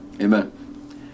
Amen